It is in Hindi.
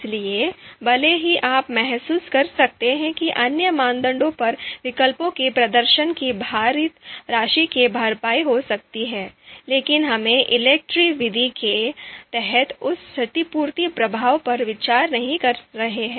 इसलिए भले ही आप महसूस कर सकते हैं कि अन्य मानदंडों पर विकल्पों के प्रदर्शन की भारित राशि की भरपाई हो सकती है लेकिन हम ELECTRE विधि के तहत उस क्षतिपूर्ति प्रभाव पर विचार नहीं कर रहे हैं